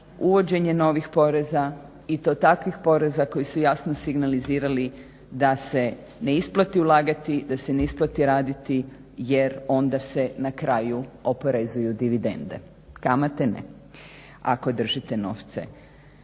uvođenje novih poreza i to takvih poreza koji su jasno signalizirali da se ne isplati ulagati, da se ne isplati raditi jer onda se na kraju oporezuju dividende, kamate ne ako držite novce